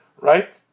right